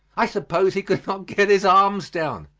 i suppose he could not get his arms down.